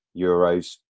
Euros